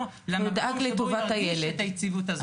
למקום שבו הוא ירגיש את היציבות הזאת.